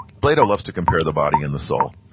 plato loves to compare the body and the soul.